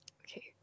Okay